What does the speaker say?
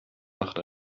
macht